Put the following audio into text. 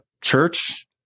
church